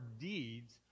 deeds